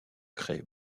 craie